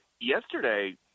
yesterday